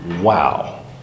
Wow